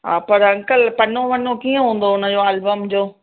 हा पर अंकल पनो वन कीअं हूंदो हुन जो एल्बम जो